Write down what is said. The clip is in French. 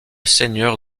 seigneur